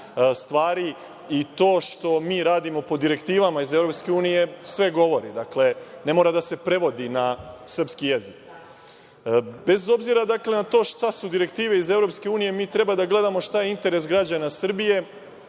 stvari i to što mi radimo po direktivama iz EU sve govori. Dakle, ne mora da se prevodi na srpski jezik. Bez obzira na to šta su direktive iz EU, mi treba da gledamo šta je interes građana Srbije